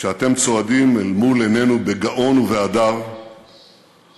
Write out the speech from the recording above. כשאתם צועדים אל מול עינינו בגאון ובהדר אנו